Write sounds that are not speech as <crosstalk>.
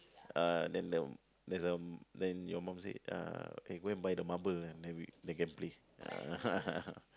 uh then the there's uh then your mum say uh eh go and buy the marble and then we they can play <laughs>